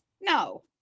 No